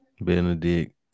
Benedict